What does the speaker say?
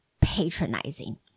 patronizing